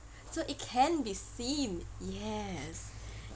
so it can be seen yes